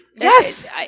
yes